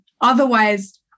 Otherwise